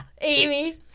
Amy